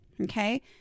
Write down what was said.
Okay